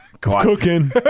Cooking